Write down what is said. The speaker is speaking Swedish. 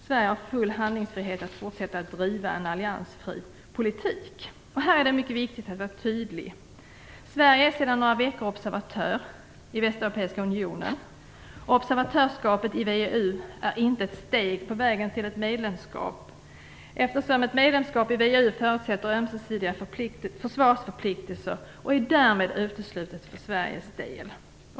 Sverige har full handlingsfrihet att fortsätta att driva en alliansfri politik. Här är det mycket viktigt att vara tydlig. Sverige är sedan några veckor observatör i Västeuropeiska unionen. Observatörskapet i VEU är inte ett steg på vägen till ett medlemskap, eftersom ett medlemskap i VEU förutsätter ömsesidiga försvarsförpliktelser. Därmed är ett medlemskap uteslutet för Sveriges del.